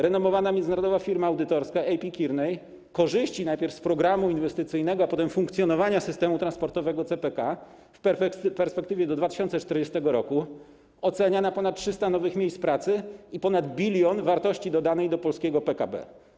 Renomowana międzynarodowa firma audytorska A.T. Kearney korzyści najpierw z programu inwestycyjnego, a potem funkcjonowania systemu transportowego CPK w perspektywie do 2040 r. ocenia na ponad 300 nowych miejsc pracy i ponad 1 bln wartości dodanej do polskiego PKB.